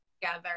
together